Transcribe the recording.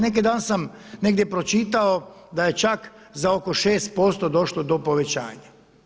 Neki dan sam negdje pročitao da je čak za oko 6% došlo do povećanja.